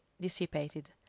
dissipated